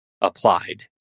applied